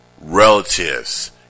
Relatives